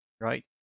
right